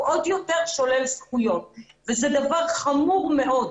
עוד יותר שולל זכויות וזה דבר חמור מאוד.